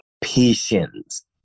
patience